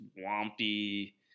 swampy